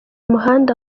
muhanda